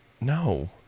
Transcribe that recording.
No